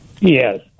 Yes